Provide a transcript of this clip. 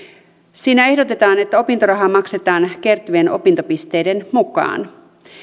siinä ehdotetaan että opintorahaa maksetaan kertyvien opintopisteiden mukaan